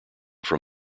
from